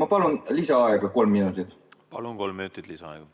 Ma palun lisaaega kolm minutit. (Kaugühendus)Kas